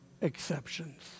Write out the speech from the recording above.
exceptions